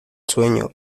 sueño